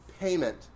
payment